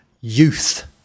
youth